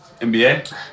NBA